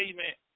Amen